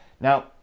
Now